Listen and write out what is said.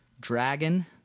Dragon